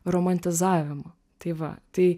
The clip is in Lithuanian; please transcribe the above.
romantizavimo tai va tai